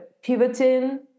pivoting